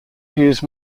used